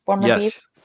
Yes